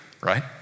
right